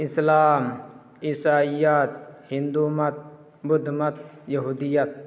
اسلام عیسائیت ہندو مت بدھ مت یہودیت